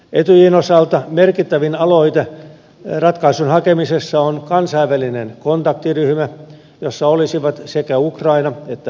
etyjin osalta merkittävin aloite ratkaisun hakemisessa on kansainvälinen kontaktiryhmä jossa olisivat sekä ukraina että venäjä